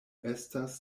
estas